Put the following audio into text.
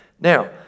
Now